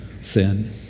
sin